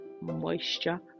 moisture